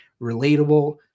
relatable